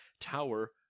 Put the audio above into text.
Tower